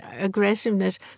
aggressiveness